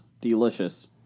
delicious